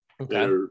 okay